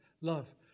love